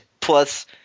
Plus